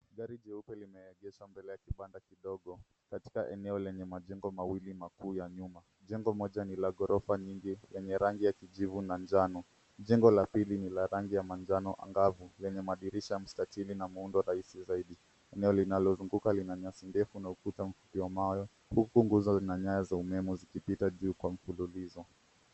Gari jeupe limeegeshwa mbele ya kibanda kidogo katika eneo la majengo mawili makuu ya nyuma. Jengo moja ni la gorofa nyingi lenye rangi ya kijivu na njano. Jengo la pili ni la rangi ya manjano angavu, lenye madirisha mstatili na muundo rahisi zaidi. Eneo linalozunguka lina nyasi ndefu na ukuta wa mawe huku nguzo na nyaya za umeme zikipita juu kwa mfululizo.